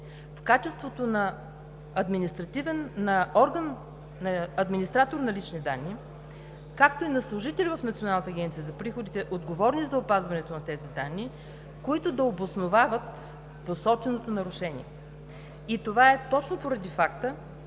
в качеството на администратор на лични данни, както и на служители в Националната агенция за приходите, отговорни за опазването на тези данни, които да обосновават посоченото нарушение. И това е точно поради факта,